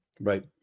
right